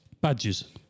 Badges